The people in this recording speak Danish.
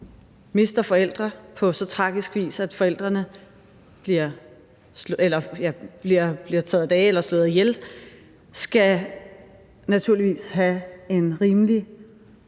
mister forældre på så tragisk vis, at forældrene bliver taget af dage, slået ihjel, skal naturligvis have en rimelig